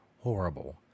horrible